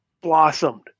blossomed